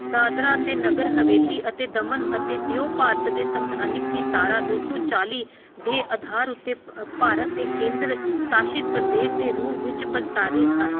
ਦਾਦਰਾ ਅਤੇ ਨਗਰ ਹਵੇਲੀ ਅਤੇ ਦਮਨ ਅਤੇ ਦਿਊ ਭਾਰਤ ਦੇ ਸੰਵਿਧਾਨਿਕ ਦੀ ਧਾਰਾ ਦੋ ਸੌ ਚਾਲ੍ਹੀ ਦੇ ਅਧਾਰ ਉੱਤੇ ਭਾਰਤ ਦੇ ਕੇਂਦਰ ਸ਼ਾਸਿਤ ਪ੍ਰਦੇਸ਼ ਦੇ ਰੂਪ ਵਿੱਚ ਪ੍ਰਸ਼ਾਸਿਤ ਹਨ